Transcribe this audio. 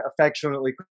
affectionately